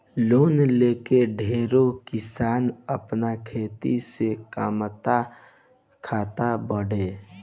loan लेके ढेरे किसान आपन खेती से कामात खात बाड़े